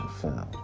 Film